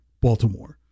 Baltimore